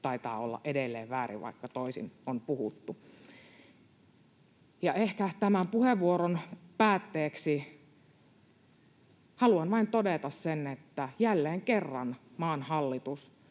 taitaa olla edelleen väärin, vaikka toisin on puhuttu. Ja ehkä tämän puheenvuoron päätteeksi haluan vain todeta sen, että jälleen kerran maan hallitus